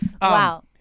Wow